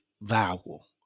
vowel